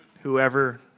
whoever